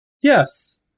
Yes